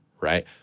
right